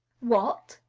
what!